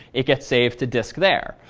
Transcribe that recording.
it gets saved to disk there,